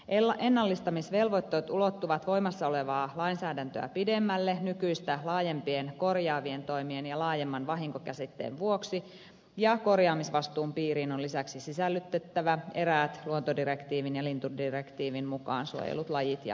ennallistamisvelvoitteet ulottuvat voimassa olevaa lainsäädäntöä pidemmälle nykyistä laajempien korjaavien toimien ja laajemman vahinko käsitteen vuoksi ja korjaamisvastuun piiriin on lisäksi sisällytettävä eräät luontodirektiivin ja lintudirektiivin mukaan suojellut lajit ja luontotyypit